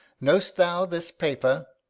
know'st thou this paper?